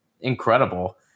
incredible